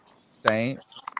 Saints